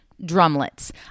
drumlets